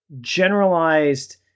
generalized